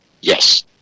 Yes